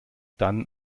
dann